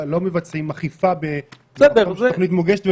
לא מבצעים אכיפה במקום שתוכנית מוגשת,